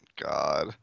god